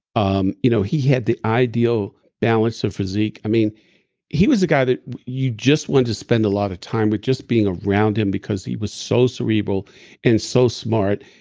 um you know he had the ideal balance of physique. i mean he was a guy you just wanted to spend a lot of time with, just being around him because he was so cerebral and so smart.